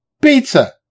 pizza